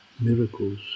miracles